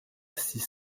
six